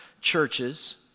churches